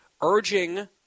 urging